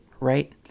right